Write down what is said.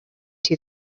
two